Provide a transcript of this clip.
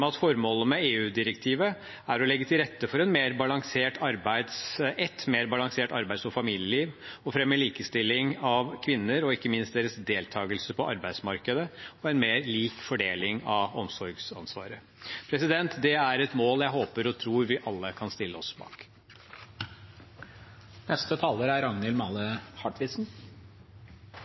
at formålet med EU-direktivet er å legge til rette for et mer balansert arbeids- og familieliv og fremme likestilling av kvinner, ikke minst deres deltakelse på arbeidsmarkedet og en mer lik fordeling av omsorgsansvaret. Det er et mål jeg håper og tror vi alle kan stille oss